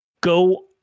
go